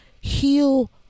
heal